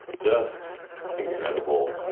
just incredible.